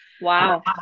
Wow